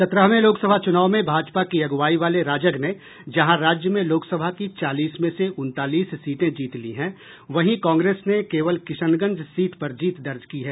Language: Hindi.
सतरहवें लोकसभा चूनाव में भाजपा की अग्रवाई वाले राजग ने जहां राज्य में लोकसभा की चालीस में से उनतालीस सीटें जीत ली हैं वहीं कांग्रेस ने केवल किशनगंज सीट पर जीत दर्ज की है